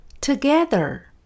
together